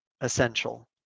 essential